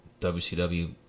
WCW